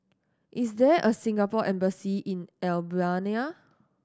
is there a Singapore Embassy in Albania